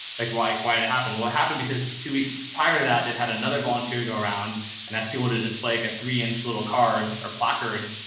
like why, why, what happened? what happened? because two weeks prior to that, they've had another volunteer go around and ask people to display a three inch, little card or placard.